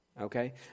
Okay